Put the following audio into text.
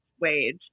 wage